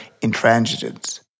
intransigence